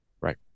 Right